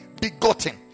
begotten